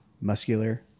muscular